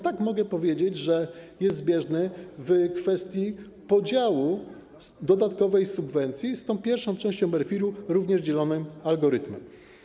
Tak, mogę powiedzieć, że jest zbieżny w kwestii podziału dodatkowej subwencji z pierwszą częścią RFIL-u, również dzielonego według algorytmu.